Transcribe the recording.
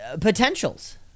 potentials